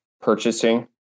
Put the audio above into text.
purchasing